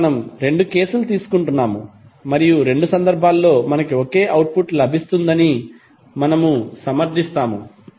కాబట్టి మనము రెండు కేసులు తీసుకుంటున్నాము మరియు రెండు సందర్భాలలో మనకు ఒకే అవుట్పుట్ లభిస్తుందని మనము సమర్థిస్తాము